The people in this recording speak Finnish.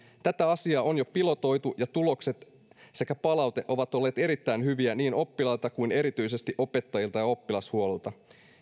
tätä asiaa on jo pilotoitu ja tulokset sekä palaute ovat olleet erittäin hyviä niin oppilailta kuin erityisesti opettajilta ja oppilashuollolta